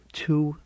two